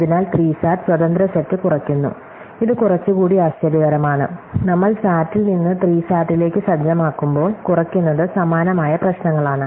അതിനാൽ 3 സാറ്റ് സ്വതന്ത്ര സെറ്റ് കുറയ്ക്കുന്നു ഇത് കുറച്ചുകൂടി ആശ്ചര്യകരമാണ് നമ്മൾ SAT ൽ നിന്ന് 3 SAT ലേക്ക് സജ്ജമാക്കുമ്പോൾ കുറയ്ക്കുന്നത് സമാനമായ പ്രശ്നങ്ങളാണ്